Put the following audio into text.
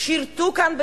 שירתו כאן בצבא,